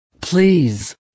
please